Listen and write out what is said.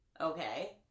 Okay